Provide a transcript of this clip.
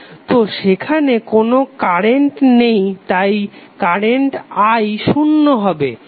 তো সেখানে কোনো কারেন্ট নেই তাই কারেন্ট i শুন্য হবে